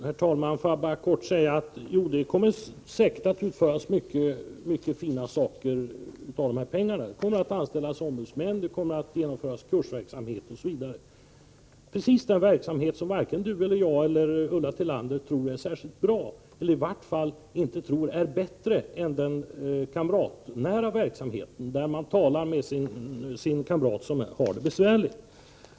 Herr talman! Får jag bara kort säga följande. Jo, man kommer säkert att göra mycket som är bra för de här pengarna. Ombudsmän kommer att anställas, kursverksamhet kommer att genomföras osv. — det gäller alltså sådan verksamhet som varken Yvonne Sandberg-Fries, Ulla Tillander eller jag tror är särskilt bra. Den typen av verksamhet är i varje fall inte bättre än den kamratnära verksamheten, som innebär att man talar med en kamrat som har det besvärligt.